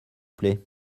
plait